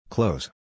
Close